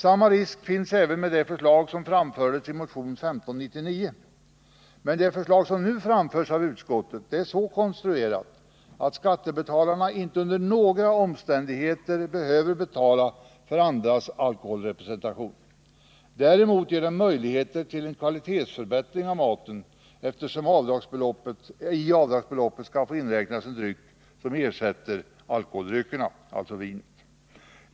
Samma risk finns även med det förslag som framförs i motion 1599. Men det förslag som nu framläggs av utskottet är så konstruerat, att skattebetalarna inte under några omständigheter behöver betala för andras alkoholrepresentation. Däremot innebär det möjligheter till en kvalitetsförbättring av maten, eftersom i avdragsbeloppet skall få inräknas en dryck som ersätter alkoholdryckerna, alltså vinet.